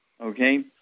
okay